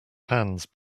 hands